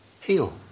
Heal